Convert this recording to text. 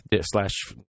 slash